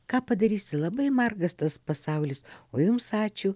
ką padarysi labai margas tas pasaulis o jums ačiū